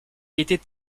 était